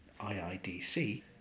IIDC